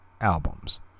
albums